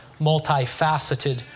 multifaceted